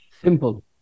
Simple